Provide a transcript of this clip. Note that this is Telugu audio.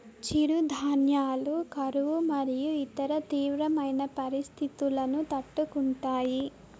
చిరుధాన్యాలు కరువు మరియు ఇతర తీవ్రమైన పరిస్తితులను తట్టుకుంటాయి